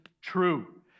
true